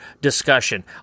discussion